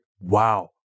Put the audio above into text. wow